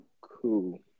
Cool